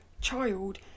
child